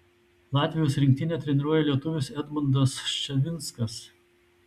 latvijos rinktinę treniruoja lietuvis edmundas ščavinskas